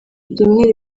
rimwe